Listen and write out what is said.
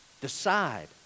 decide